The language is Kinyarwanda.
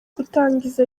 gutangiza